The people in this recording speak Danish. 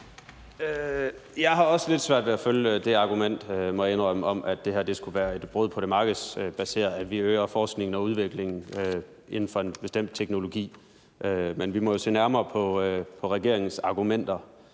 Jeg har også lidt svært ved at følge det argument, må jeg indrømme, om, at det skulle være et brud på det markedsbaserede, at vi øger forskningen og udviklingen inden for en bestemt teknologi. Men vi må jo se nærmere på regeringens argumenter.